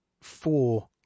four